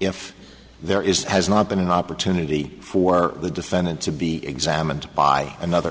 if there is has not been an opportunity for the defendant to be examined by another